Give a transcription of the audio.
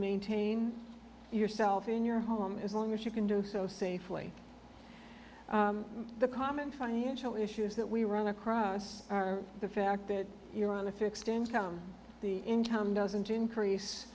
maintain yourself in your home as long as you can do so safely the common financial issues that we run across are the fact that you're on a fixed income the income doesn't increase